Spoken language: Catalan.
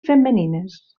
femenines